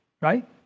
right